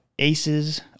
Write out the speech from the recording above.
ACEs